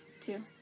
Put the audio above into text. Two